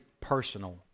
personal